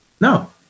No